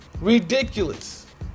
Ridiculous